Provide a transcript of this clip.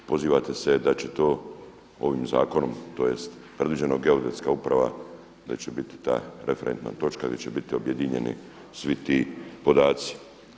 Pozivate se da će to ovim zakonom, tj. predviđeno Geodetska uprava da će biti ta referentna točka gdje će biti objedinjeni svi ti podaci.